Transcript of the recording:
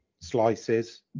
slices